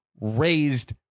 raised